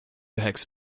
üheks